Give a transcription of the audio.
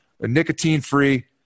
Nicotine-free